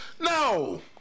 no